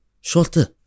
shorter